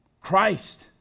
Christ